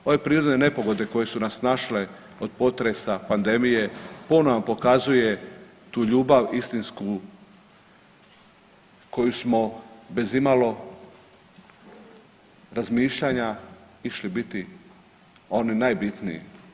Ove prirodne nepogode koje su nas našle od potresa, pandemije ponovo nam pokazuje tu ljubav istinsku koju smo bez imalo razmišljanja išli biti oni najbitniji.